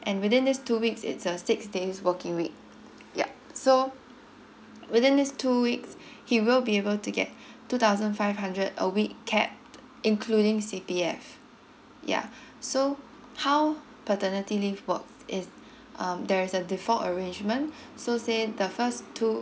and within these two weeks it's a six days working week yup so within these two weeks he will be able to get two thousand five hundred a week cap including C_P_F yeah so how paternity leave work is um there is a default arrangement so say the first two